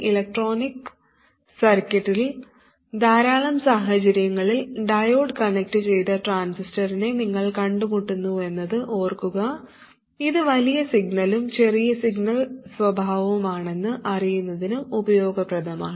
electronic സർക്യൂട്ടുകളിൽ ധാരാളം സാഹചര്യങ്ങളിൽ ഡയോഡ് കണക്റ്റുചെയ്ത ട്രാൻസിസ്റ്ററിനെ നിങ്ങൾ കണ്ടുമുട്ടുന്നുവെന്നത് ഓർക്കുക ഇത് വലിയ സിഗ്നലും ചെറിയ സിഗ്നൽ സ്വഭാവവുമാണെന്ന് അറിയുന്നതിന് ഉപയോഗപ്രദമാണ്